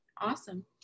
Awesome